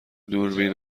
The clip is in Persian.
دوربین